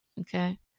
Okay